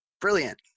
brilliant